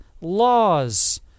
laws